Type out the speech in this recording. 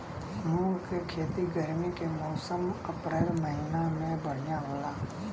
मुंग के खेती गर्मी के मौसम अप्रैल महीना में बढ़ियां होला?